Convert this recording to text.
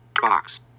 Box